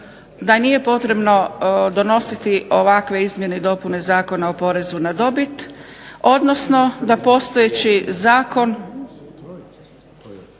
da nije potrebno donositi ovakve izmjene i dopune Zakona o porezu na dobit, odnosno da postojeći zakon